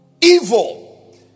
Evil